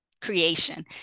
creation